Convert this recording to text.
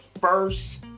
first